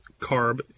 carb